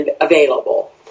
available